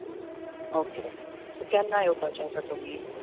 okay so केन्ना येवपाचे आता तुमी